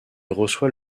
reçoit